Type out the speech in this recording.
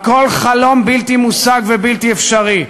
הכול חלום בלתי מושג ובלתי אפשרי,